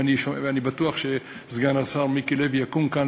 ואני בטוח שסגן השר מיקי לוי יקום כאן